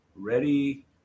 Ready